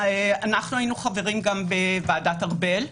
אנחנו היינו חברים גם בוועדת ארבל,